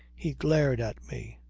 he glared at me.